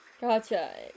Gotcha